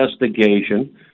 investigation